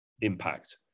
impact